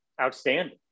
outstanding